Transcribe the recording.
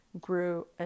grew